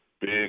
big